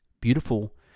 beautiful